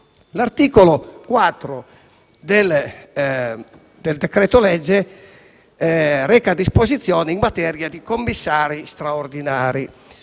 L'articolo 4 del decreto-legge reca disposizioni in materia di commissari straordinari